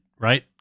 right